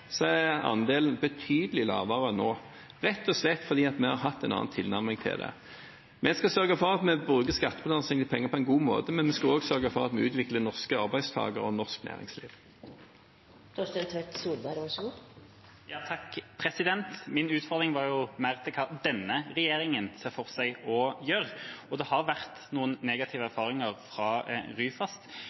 er andelen betydelig lavere nå, rett og slett fordi vi har hatt en annen tilnærming til det. Vi skal sørge for at vi bruker skattebetalernes penger på en god måte, men vi skal også sørge for at vi utvikler norske arbeidstakere og norsk næringsliv. Min utfordring gikk mer på hva denne regjeringa ser for seg å gjøre. Og det har vært noen negative erfaringer fra Ryfast.